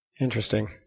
Interesting